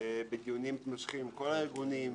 בדיונים מתמשכים עם כל הארגונים,